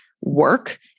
work